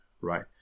right